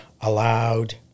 allowed